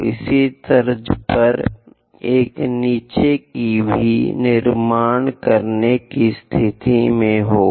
इसी तरह तर्ज पर एक नीचे की भी निर्माण करने की स्थिति में होगा